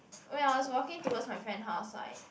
when I was walking towards my friend house I